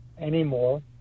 anymore